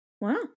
Wow